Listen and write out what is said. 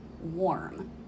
warm